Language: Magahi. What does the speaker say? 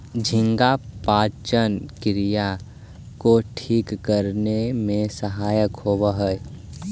झींगा पाचन क्रिया को ठीक करने में सहायक होवअ हई